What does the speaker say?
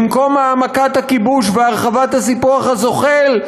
במקום העמקת הכיבוש והרחבת הסיפוח הזוחל,